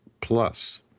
plus